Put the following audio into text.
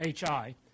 HI